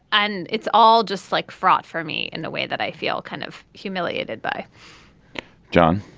and it's all just like fraught for me in a way that i feel kind of humiliated by john